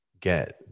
get